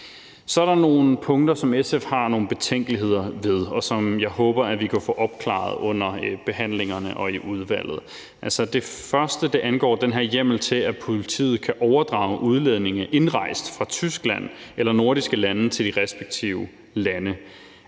Så er der nogle punkter, som SF har nogle betænkeligheder ved, og som jeg håber vi kan få opklaret under behandlingerne og i udvalget. Det første angår den her hjemmel til, at politiet kan overdrage udlændinge indrejst fra Tyskland eller nordiske lande til de respektive lande.